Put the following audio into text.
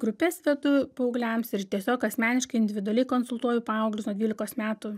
grupes vedu paaugliams ir tiesiog asmeniškai individualiai konsultuoju paauglius nuo dvylikos metų